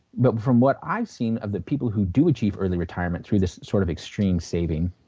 but from what i've seen of the people who do achieve early retirement through this sort of extreme saving,